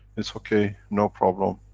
it's okay, no problem.